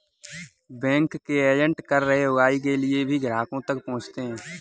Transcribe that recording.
bank के agent कर उगाही के लिए भी ग्राहकों तक पहुंचते हैं